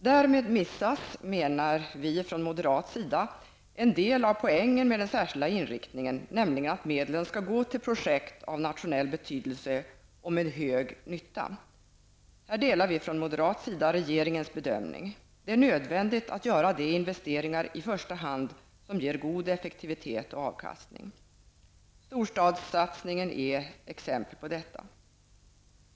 Därmed menar vi från moderat sida att en del av poängen med den särskilda inriktningen går förlorad, nämligen att medlen skall gå till projekt av nationell betydelse och med stor nytta. Här delar vi från moderat sida regeringens bedömning. Det är nödvändigt att i första hand göra de investeringar som ger en god effektivitet och avkastning. Storstadssatsningen är exempel på detta.